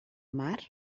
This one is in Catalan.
mar